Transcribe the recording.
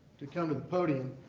to come to the podium.